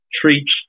treats